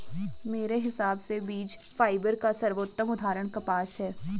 मेरे हिसाब से बीज फाइबर का सर्वोत्तम उदाहरण कपास है